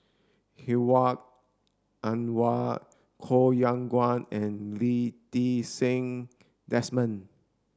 Hedwig Anuar Koh Yong Guan and Lee Ti Seng Desmond